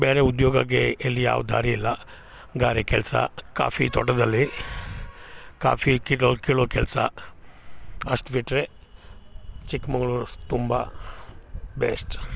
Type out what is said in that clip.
ಬ್ಯಾರೆ ಉದ್ಯೋಗಕ್ಕೆ ಇಲ್ಲಿ ಯಾವ ದಾರಿ ಇಲ್ಲ ಗಾರೆ ಕೆಲಸ ಕಾಫಿ ತೋಟದಲ್ಲಿ ಕಾಫಿ ಕಿಲೊ ಕೀಳೋ ಕೆಲಸ ಅಷ್ಟು ಬಿಟ್ಟರೆ ಚಿಕ್ಮಗ್ಳೂರು ತುಂಬ ಬೆಸ್ಟ್